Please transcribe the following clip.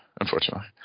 unfortunately